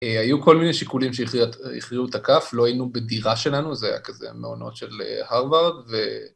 היו כל מיני שיקולים שהכריעו את הכף, לא היינו בדירה שלנו, זה היה כזה המעונות של הרווארד ו...